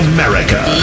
America